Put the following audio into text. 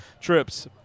trips